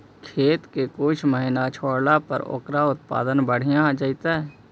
खेत के कुछ महिना छोड़ला पर ओकर उत्पादन बढ़िया जैतइ?